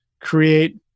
create